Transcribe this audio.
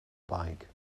bike